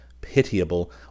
pitiable